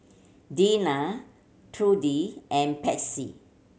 Dinah Trudy and Patsy